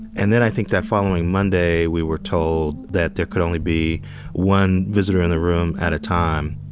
and then i think that following monday, we were told that there could only be one visitor in the room at a time.